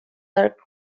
dark